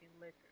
liquor